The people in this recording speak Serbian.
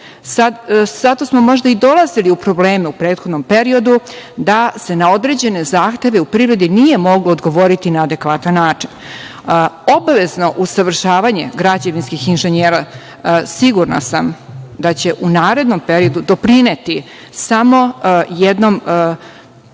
smo možda i dolazili u probleme u prethodnom periodu da se na određene zahteve u privredi nije moglo odgovoriti na adekvatan način. Obavezno usavršavanje građevinskih inženjera sigurna sam da će u narednom periodu doprineti samo jednom boljem